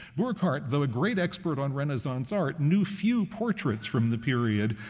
burckhardt, though a great expert on renaissance art, knew few portraits from the period,